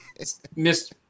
Mr